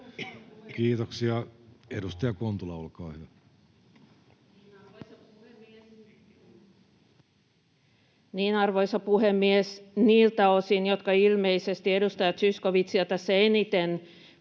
Kiitoksia. — Edustaja Kontula, olkaa hyvä. Arvoisa puhemies! Niiltä osin, jotka ilmeisesti edustaja Zyskowiczia tässä eniten